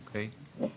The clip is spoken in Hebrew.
אוקיי.